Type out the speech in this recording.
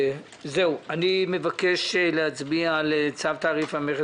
אני מבקש להצביע על צו תעריף המכס